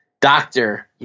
doctor